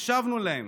הקשבנו להם.